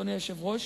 אדוני היושב-ראש,